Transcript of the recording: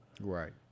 Right